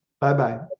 Bye-bye